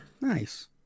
Nice